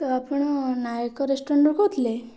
ତ ଆପଣ ନାୟକ ରେଷ୍ଟୁରାଣ୍ଟ୍ରୁ କହୁଥିଲେ